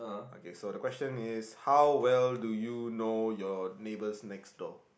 okay so the question is how well do you know your neighbors next door